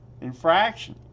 infraction